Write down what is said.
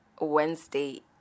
Wednesday